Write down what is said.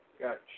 Got